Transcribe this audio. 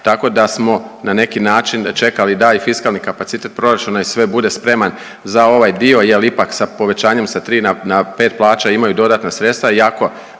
tako da smo na neki način čekali da i fiskalni kapacitet proračuna i sve, bude spreman za ovaj dio jer ipak sa povećanjem sa 3 na 5, plaća imaju dodatna sredstva